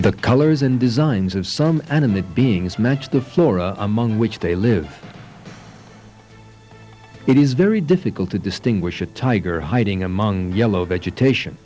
the colors and designs of some animate beings match the flora among which they live it is very difficult to distinguish a tiger hiding among yellow vegetation